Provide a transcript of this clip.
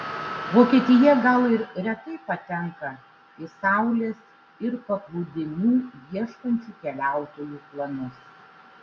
vokietija gal ir retai patenka į saulės ir paplūdimių ieškančių keliautojų planus